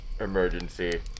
emergency